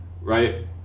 right